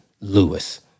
Lewis